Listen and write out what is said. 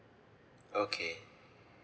okay